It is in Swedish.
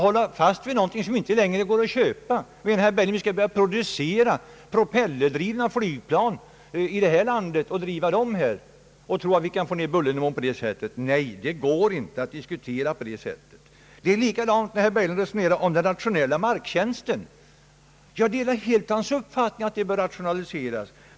Menar herr Berglund att vi skall börja producera propellerdrivna flygplan i detta land, driva dem här och tro att vi på det sättet kan få ned bullernivån? Nej, det går inte att diskutera på det sättet. Likadant är det när herr Berglund resonerar om den rationella marktjänsten. Visst bör den rationaliseras.